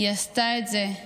היא עשתה את זה,